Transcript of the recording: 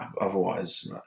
Otherwise